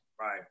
Right